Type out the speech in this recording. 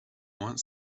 want